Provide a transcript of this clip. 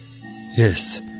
Yes